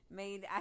made